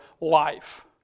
life